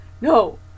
no